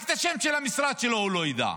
רק את השם של המשרד שלו הוא לא ידע,